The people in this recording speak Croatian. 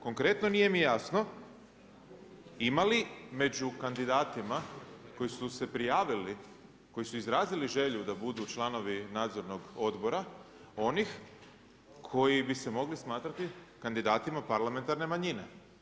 Konkretno nije mi jasno ima li među kandidatima koji su se prijavili, koji su izrazili želju da budu članovi nadzornih odbora oni koji bi se mogli smatrati kandidatima parlamentarne manjine?